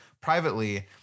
privately